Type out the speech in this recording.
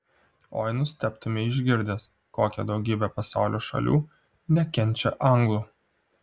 oi nustebtumei išgirdęs kokia daugybė pasaulio šalių nekenčia anglų